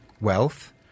wealth